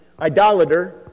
idolater